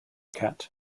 cat